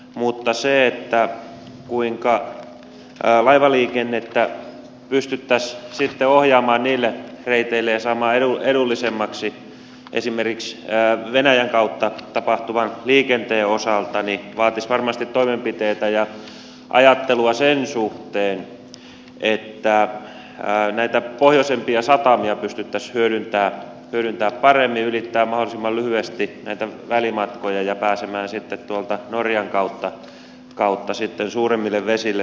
mutta se kuinka laivaliikennettä pystyttäisiin sitten ohjaamaan niille reiteille ja saamaan edullisemmaksi esimerkiksi venäjän kautta tapahtuvan liikenteen osalta vaatisi varmasti toimenpiteitä ja ajattelua sen suhteen että näitä pohjoisempia satamia pystyttäisiin hyödyntämään paremmin ylittämään mahdollisimman lyhyesti näitä välimatkoja ja pääsemään sitten norjan kautta suuremmille vesille tavarakuljetuksissa